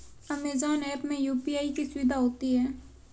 Amazon app में UPI की सुविधा होती है